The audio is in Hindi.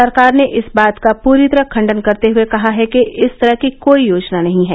सरकार ने इस बात का पूरी तरह खंडन करते हए कहा है कि इस तरह की कोई योजना नहीं है